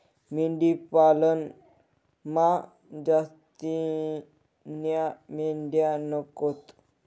मेंढी पालनमा जास्तीन्या मेंढ्या नकोत